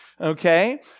okay